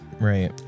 right